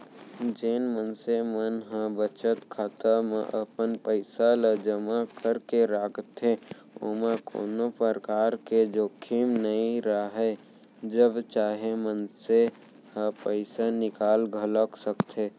जेन मनसे मन ह बचत खाता म अपन पइसा ल जमा करके राखथे ओमा कोनो परकार के जोखिम नइ राहय जब चाहे मनसे ह पइसा निकाल घलौक सकथे